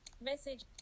message